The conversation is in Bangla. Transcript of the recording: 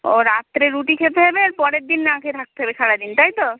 ও রাত্রে রুটি খেতে হবে আর পরের দিন না খেয়ে থাকতে হবে সারা দিন তাই তো